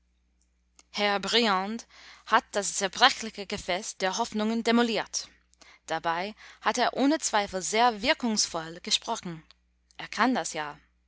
herr briand hat das zerbrechliche gefäß der hoffnungen demoliert dabei hat er ohne zweifel sehr wirkungsvoll gesprochen er kann das ja